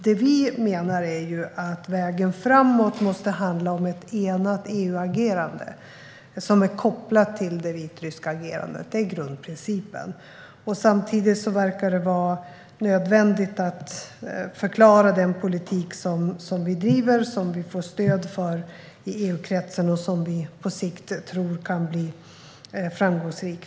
Det vi menar är att vägen framåt måste handla om ett enat EU-agerande som är kopplat till det vitryska agerandet. Det är grundprincipen. Samtidigt verkar det vara nödvändigt att förklara den politik som vi driver och får stöd för i EU-kretsen och som vi på sikt tror kan bli framgångsrik.